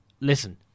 listen